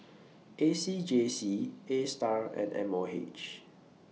A C J C A STAR and M O H